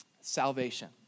salvation